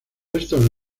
estos